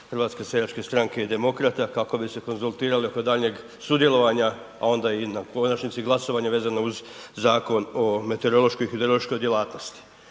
u ime Kluba HSS-a i demokrata kako bi se konzultirali oko daljnjeg sudjelovanja, a onda i na konačnici glasovanja vezano uz Zakon o meteorološkoj i hidrološkoj djelatnosti.